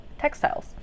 textiles